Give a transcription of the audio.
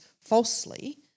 falsely